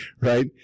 right